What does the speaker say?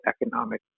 economic